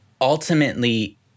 ultimately